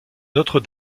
notre